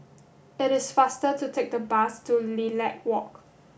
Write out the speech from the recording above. it is faster to take the bus to Lilac Walk